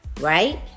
right